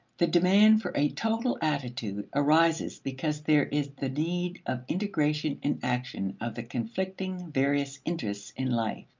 the demand for a total attitude arises because there is the need of integration in action of the conflicting various interests in life.